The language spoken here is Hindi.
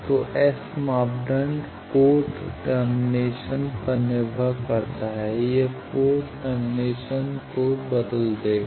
तो S मापदंड पोर्ट टर्मिनेशंस पर निर्भर नहीं करता है यह पोर्ट टर्मिनेशंस को बदल देगा